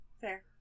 Fair